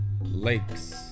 lakes